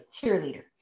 cheerleader